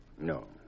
No